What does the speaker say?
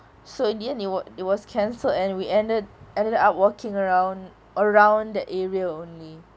so in the end it wa~ it was cancelled and we ended ended up walking around around the area only